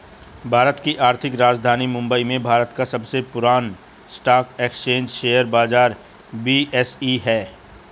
भारत की आर्थिक राजधानी मुंबई में भारत का सबसे पुरान स्टॉक एक्सचेंज शेयर बाजार बी.एस.ई हैं